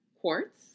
Quartz